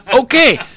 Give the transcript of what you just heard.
okay